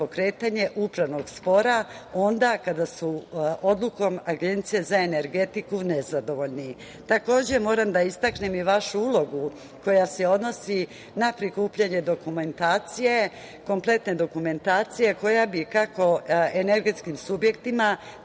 upravnog spora onda kada su odlukom Agencije za energetiku nezadovoljni. Takođe, moram da istaknem i vašu ulogu koja se odnosi na prikupljanje kompletne dokumentacije koja bi kako energetskim subjektima,